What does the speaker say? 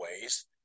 ways